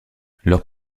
leur